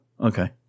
Okay